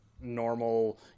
normal